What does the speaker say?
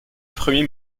premier